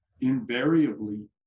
invariably